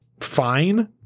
fine